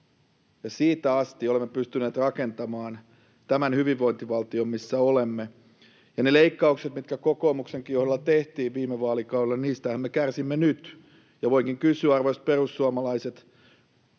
siitä asti olemme pystyneet rakentamaan tämän hyvinvointivaltion, missä olemme. Niistä leikkauksista, mitkä kokoomuksenkin johdolla tehtiin viime vaalikaudella, niistähän me kärsimme nyt. Arvoisat perussuomalaiset,